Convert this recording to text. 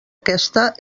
aquesta